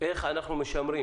איך אנחנו משמרים